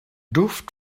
duft